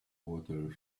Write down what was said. water